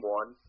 one